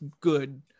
good